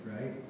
right